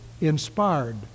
inspired